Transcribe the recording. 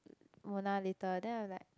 Mona later than I'm like